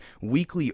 weekly